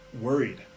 Worried